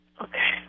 Okay